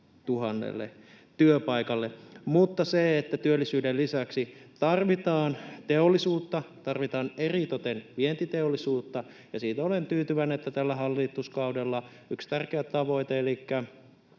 6 000 työpaikalle. Mutta työllisyyden lisäksi tarvitaan teollisuutta, tarvitaan eritoten vientiteollisuutta, ja siitä olen tyytyväinen, että tällä hallituskaudella yksi tärkeä tavoite elikkä